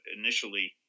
initially